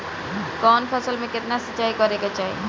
कवन फसल में केतना सिंचाई करेके चाही?